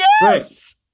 Yes